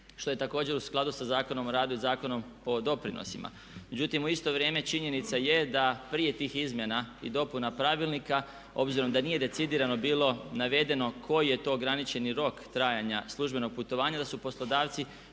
što je također u skladu sa Zakonom o radu i Zakonom o doprinosima. Međutim, u isto vrijeme činjenica je da prije tih izmjena i dopuna Pravilnika obzirom da nije decidirano navedeno koji je to ograničeni rok trajanja službenog putovanja da su poslodavci